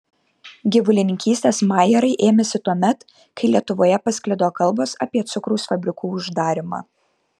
gyvulininkystės majerai ėmėsi tuomet kai lietuvoje pasklido kalbos apie cukraus fabrikų uždarymą